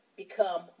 become